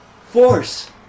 force